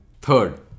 Third